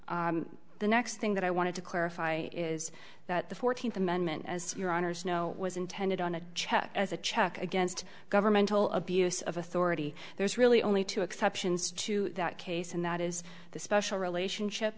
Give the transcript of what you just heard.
the next thing that i wanted to clarify is that the fourteenth amendment as your honour's know was intended on a check as a check against governmental abuse of authority there's really only two exceptions to that case and that is the special relationship